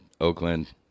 Oakland